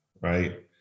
right